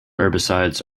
herbicides